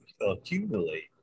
accumulate